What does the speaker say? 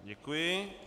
Děkuji.